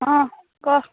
অঁ ক